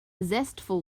zestful